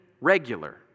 regular